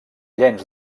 llenç